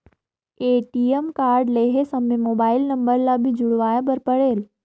ATM card लहे समय mobile number ला भी जुड़वाए बर परेल?